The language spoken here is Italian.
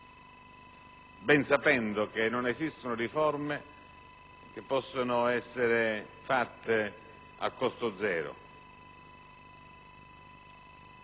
ben sapendo che non esistono riforme che possono essere fatte a costo zero.